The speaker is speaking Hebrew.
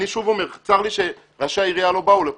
צר לי שראשי העירייה לא באו לפה.